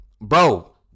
bro